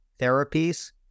therapies